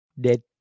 dead